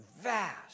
Vast